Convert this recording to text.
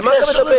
על מה אתה מדבר?